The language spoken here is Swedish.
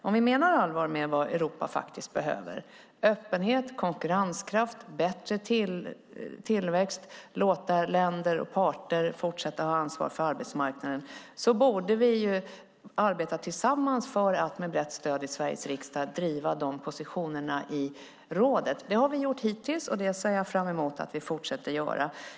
Om vi menar allvar med vad Europa faktiskt behöver - öppenhet, konkurrenskraft, bättre tillväxt och att länder och parter får fortsätta ha ansvar för arbetsmarknaden - borde vi arbeta tillsammans för att med brett stöd i Sveriges riksdag driva dessa positioner i rådet. Det har vi gjort hittills, och det ser jag fram emot att vi fortsätter göra.